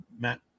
Matt